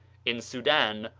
in soudan,